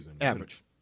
average